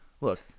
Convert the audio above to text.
Look